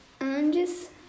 Andes